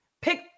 pick